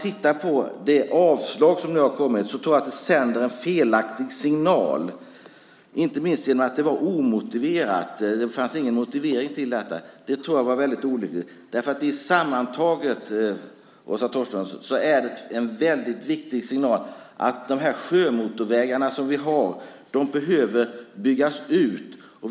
Jag tror att det avslag som nu har kommit från regeringen sänder en felaktig signal, inte minst genom att det inte fanns någon motivering till avslaget. Det tror jag var väldigt olyckligt. Sammantaget, Åsa Torstensson, är det en viktig signal att de sjömotorvägar vi har behöver byggas ut.